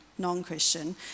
non-Christian